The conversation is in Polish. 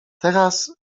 teraz